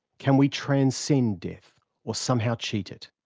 can we transcend death or somehow cheat it?